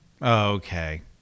Okay